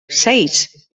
seis